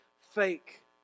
fake